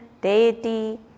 deity